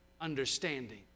understanding